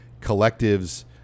collectives